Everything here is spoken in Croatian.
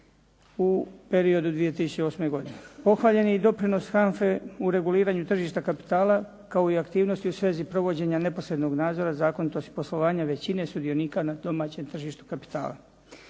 u periodu 2008. godine. Pohvaljen je i doprinos HANFA-e u reguliranju tržišta kapitala, kao i aktivnosti u svezi provođenja neposrednog nadzora zakonitosti poslovanja većine sudionika na domaćem tržištu kapitala.